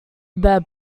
bad